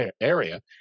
area